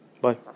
bye